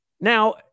Now